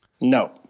No